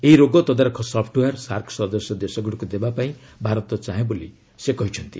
ଏହି ରୋଗ ଦତାରଖ ସଫ୍ଟୱେୟାର ସାର୍କ ସଦସ୍ୟ ଦେଶଗୁଡ଼ିକୁ ଦେବା ପାଇଁ ଭାରତ ଚାହେଁ ବୋଲି ସେ କହିଛନ୍ତି